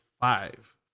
five